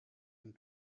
and